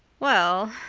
well,